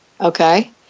Okay